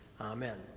Amen